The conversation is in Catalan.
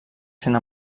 sent